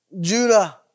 Judah